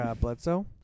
Bledsoe